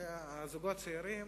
וזוגות צעירים